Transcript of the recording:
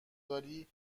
داری